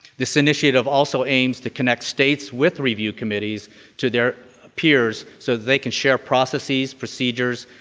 this initiative also aims to connect states with review committees to their peers so that they can share processes, procedures,